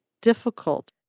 difficult